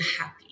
happy